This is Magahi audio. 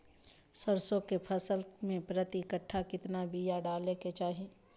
सरसों के फसल में प्रति कट्ठा कितना बिया डाले के चाही?